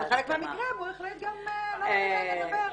ובחלק מהמקרים הוא החליט גם לא לתת להם לדבר.